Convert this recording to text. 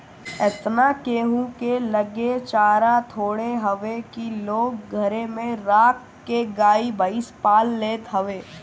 एतना केहू के लगे चारा थोड़े हवे की लोग घरे में राख के गाई भईस पाल लेत हवे